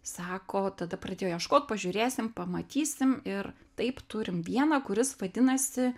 sako tada pradėjo ieškot pažiūrėsim pamatysim ir taip turim vieną kuris vadinasi